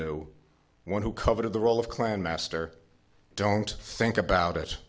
knew one who covered the role of clan master don't think about it